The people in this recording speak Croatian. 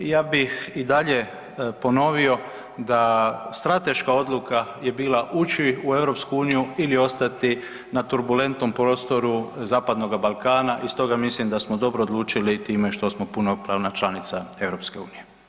Ja bih i dalje ponovio da strateška odluka je bila ući u EU ili ostati na turbulentnom prostoru zapadnoga Balkana i stoga mislim da smo dobro odlučili time što smo punopravna članica EU.